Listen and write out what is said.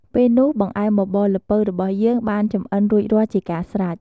ពេលនោះ បង្អែមបបរល្ពៅរបស់យើងបានចម្អិនរួចរាល់ជាការស្រេច។